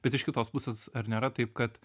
bet iš kitos pusės ar nėra taip kad